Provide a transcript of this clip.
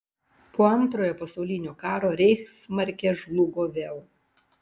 po antrojo pasaulinio karo reichsmarkė žlugo vėl